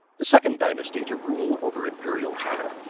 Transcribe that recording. the second dynasty to rule over imperial china,